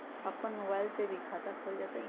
अपन मोबाइल से भी खाता खोल जताईं?